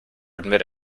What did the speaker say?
admit